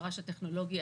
התר"ש הטכנולוגי,